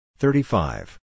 thirty-five